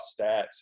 stats